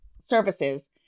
services